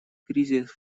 кризис